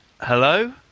Hello